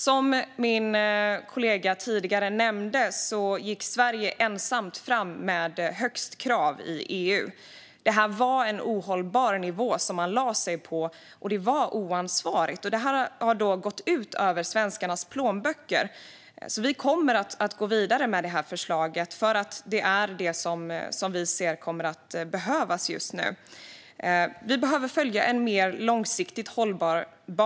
Som min kollega tidigare nämnde gick Sverige ensamt fram med högst krav i EU. Det var en ohållbar nivå som man lade sig på. Det var oansvarigt, och det har gått ut över svenskarnas plånböcker. Vi kommer att gå vidare med det här förslaget, för det är detta som vi ser kommer att behövas just nu. Vi behöver följa en mer långsiktigt hållbar bana.